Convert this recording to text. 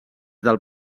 del